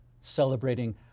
celebrating